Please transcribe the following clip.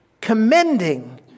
commending